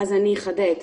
אני אחדד.